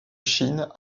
chine